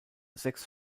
sechs